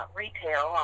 retail